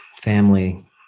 family